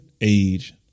age